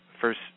first